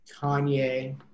Kanye